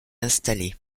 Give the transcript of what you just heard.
installée